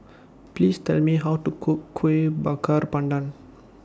Please Tell Me How to Cook Kuih Bakar Pandan